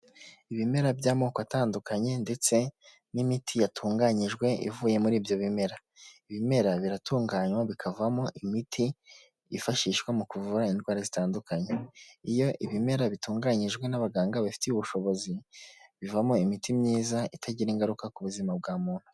Ibimera by'amoko atandukanye ndetse n'imiti yatunganyijwe ivuye muri ibyo bimera, ibimera biratunganywa bikavamo imiti yifashishwa mu kuvura indwara zitandukanye, iyo ibimera bitunganyijwe n'abaganga babifitiye ubushobozi bivamo imiti myiza itagira ingaruka ku buzima bwa muntu.